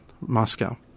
Moscow